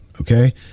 okay